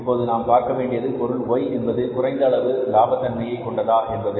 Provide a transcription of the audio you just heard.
இப்போது நாம் பார்க்க வேண்டியது பொருள் Y என்பது குறைந்த அளவு லாப தன்மையை கொண்டதா என்பது